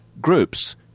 groups